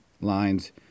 lines